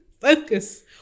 Focus